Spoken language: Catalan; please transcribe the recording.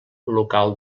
local